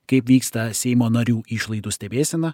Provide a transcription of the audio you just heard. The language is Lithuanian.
kaip vyksta seimo narių išlaidų stebėsena